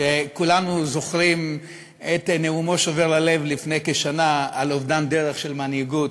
שכולנו זוכרים את נאומו שובר הלב לפני כשנה על אובדן דרך של מנהיגות,